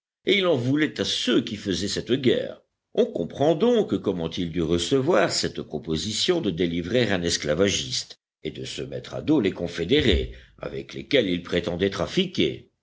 et il en voulait à ceux qui faisaient cette guerre on comprend donc comment il dut recevoir cette proposition de délivrer un esclavagiste et de se mettre à dos les confédérés avec lesquels il prétendait trafiquer